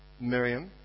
Miriam